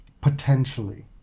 potentially